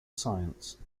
science